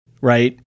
right